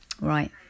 Right